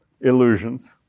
illusions